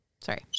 Sorry